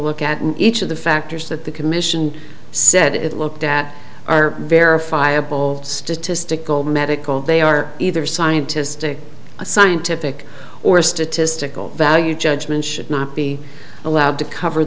look at each of the factors that the commission said it looked at are verifiable statistical medical they are either scientistic a scientific or statistical value judgment should not be allowed to cover